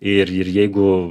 ir ir jeigu